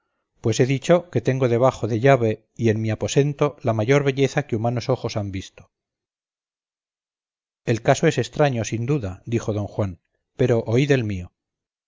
pues he dicho que tengo debajo de llave y en mi aposento la mayor belleza que humanos ojos han visto el caso es estraño sin duda dijo don juan pero oíd el mío